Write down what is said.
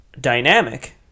dynamic